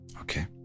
Okay